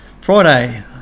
Friday